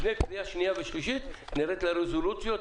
לפני הקריאה השנייה והשלישית נרד לרזולוציות,